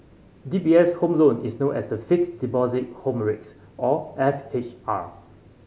D B S Home Loan is known as the Fixed Deposit Home Rates or F H R